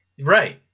right